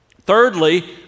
Thirdly